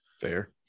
fair